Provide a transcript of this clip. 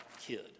KID